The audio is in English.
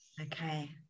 Okay